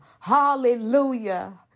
hallelujah